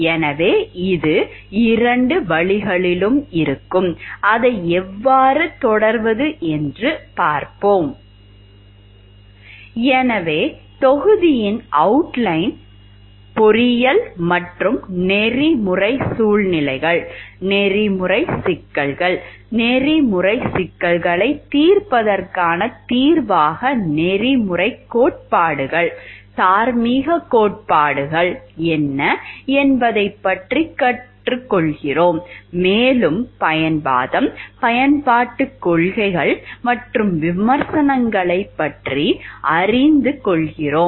எனவே இது இரண்டு வழிகளிலும் இருக்கும் அதை எவ்வாறு தொடர்வது என்று பார்ப்போம் எனவே தொகுதியின் அவுட்லைன் பொறியியல் மற்றும் நெறிமுறை சூழ்நிலைகள் நெறிமுறை சிக்கல்கள் நெறிமுறை சிக்கல்களைத் தீர்ப்பதற்கான தீர்வாக நெறிமுறைக் கோட்பாடுகள் தார்மீகக் கோட்பாடு என்ன என்பதைப் பற்றி கற்றுக்கொள்கிறோம் மேலும் பயன்வாதம் பயன்பாட்டுக் கொள்கைகள் மற்றும் விமர்சனங்களைப் பற்றி அறிந்து கொள்கிறோம்